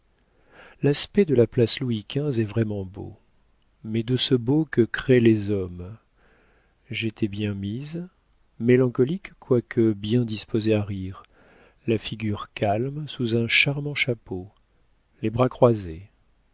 l'aspect de la place louis xv est vraiment beau mais de ce beau que créent les hommes j'étais bien mise mélancolique quoique bien disposée à rire la figure calme sous un charmant chapeau les bras croisés